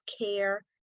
care